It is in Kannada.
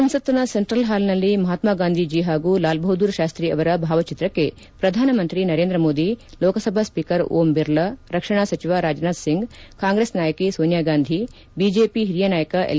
ಸಂಸತ್ನ ಸೆಂಟ್ರಲ್ ಹಾಲ್ನಲ್ಲಿ ಮಹಾತ್ಮಗಾಂಧೀಜಿ ಹಾಗೂ ಲಾಲ್ಬಹದ್ದೂರ್ ಶಾಸ್ತ್ರಿ ಅವರ ಭಾವಚಿತ್ರಕ್ಕೆ ಪ್ರಧಾನಮಂತ್ರಿ ನರೇಂದ್ರ ಮೋದಿ ಲೋಕಸಭಾ ಸ್ವೀಕರ್ ಓಂ ಬಿರ್ಲಾ ರಕ್ಷಣಾ ಸಚಿವ ರಾಜನಾಥ್ ಸಿಂಗ್ ಕಾಂಗ್ರೆಸ್ ನಾಯಕಿ ಸೋನಿಯಾ ಗಾಂಧಿ ಬಿಜೆಪಿ ಹಿರಿಯ ನಾಯಕ ಎಲ್